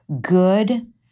good